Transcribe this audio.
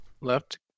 left